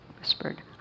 whispered